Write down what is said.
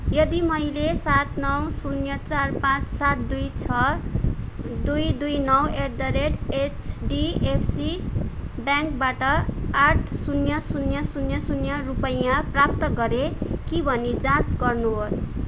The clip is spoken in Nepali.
यदि मैले सात नौ शून्य चार पाँच सात दुई छ दुई दुई नौ एट द रेट एचडिएफसी ब्याङ्कबाट आठ शून्य शून्य शून्य शून्य रूपैयाँ प्राप्त गरे कि भनी जाँच गर्नुहोस्